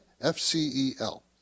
F-C-E-L